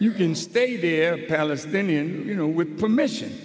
you can stay the palestinian you know with permission